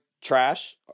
trash